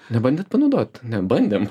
nebandėt panaudot ne bandėm